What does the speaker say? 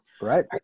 right